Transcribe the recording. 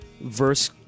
Verse